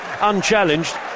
unchallenged